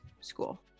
school